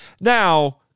Now